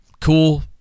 cool